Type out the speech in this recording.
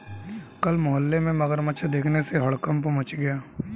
कल मोहल्ले में मगरमच्छ देखने से हड़कंप मच गया